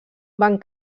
van